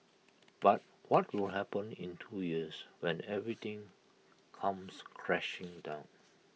but what do happen in two years when everything comes crashing down